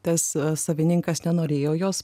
tas savininkas nenorėjo jos